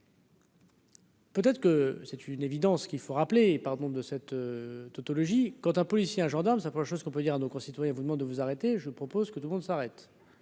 Peut-être que c'est une évidence qu'il faut rappeler, pardon de cette tautologie quand un policier, un gendarme s'approche, ce qu'on peut dire à nos concitoyens vous demande de vous arrêter, je propose que tout le monde s'arrête,